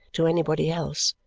to anybody else.